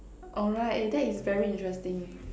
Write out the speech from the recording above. alright eh that is very interesting